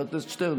חבר הכנסת שטרן,